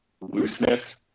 looseness